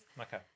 okay